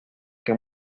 que